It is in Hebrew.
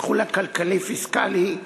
בתחום הכלכלי-פיסקלי,